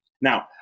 Now